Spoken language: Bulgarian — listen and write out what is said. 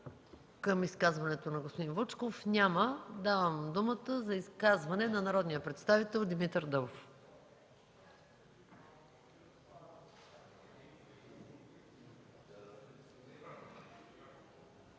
към изказването на господин Вучков? Няма. Давам думата за изказване на народния представител Димитър Дъбов.